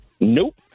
Nope